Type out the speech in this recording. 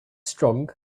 strong